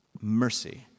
mercy